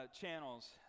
channels